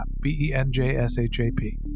B-E-N-J-S-H-A-P